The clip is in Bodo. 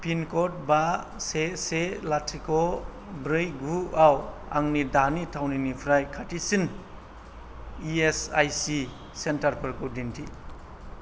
पिनकड बा से से लाथिख' ब्रै गु आव आंनि दानि थावनिनिफ्राय खाथिसिन इ एस आइ सि सेन्टारफोरखौ दिन्थि